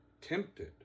tempted